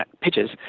pitches